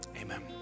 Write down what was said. amen